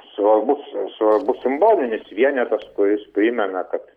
svarbus svarbus simbolinis vienetas kuris primena kad